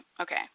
Okay